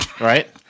Right